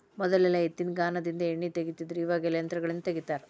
ಮೊದಲೆಲ್ಲಾ ಎತ್ತಿನಗಾನದಿಂದ ಎಣ್ಣಿ ತಗಿತಿದ್ರು ಇವಾಗ ಯಂತ್ರಗಳಿಂದ ತಗಿತಾರ